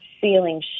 feeling